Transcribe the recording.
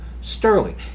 Sterling